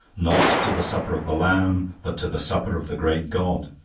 not to the supper of the lamb, but to the supper of the great god.